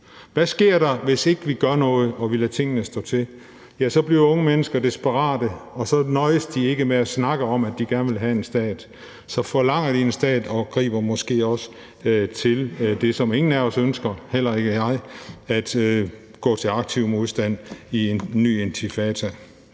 Hvad sker der, hvis ikke vi gør noget og lader tingene stå til? Ja, så bliver unge mennesker desperate, og så nøjes de ikke med at snakke om, at de gerne vil have en stat; så forlanger de en stat og griber måske også til det, som ingen af os ønsker, heller ikke jeg, nemlig at gå til aktiv modstand i en ny intifada.